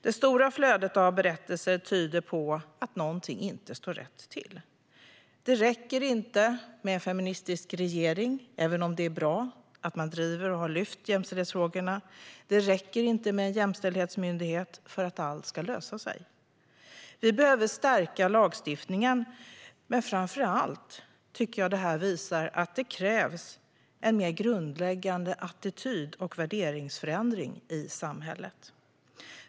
Det stora flödet av berättelser tyder på att någonting inte står rätt till. Det räcker inte med en feministisk regering, även om det är bra att man driver och har lyft jämställdhetsfrågorna. Det räcker inte med en jämställdhetsmyndighet för att allt ska lösa sig. Vi behöver stärka lagstiftningen, men jag tycker att det här visar att det krävs en mer grundläggande attityd och värderingsförändring i samhället.